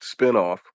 spinoff